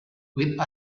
with